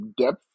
depth